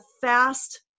fast